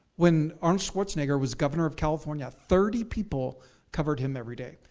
when arnold schwarzenegger was governor of california, thirty people covered him every day.